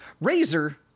Razor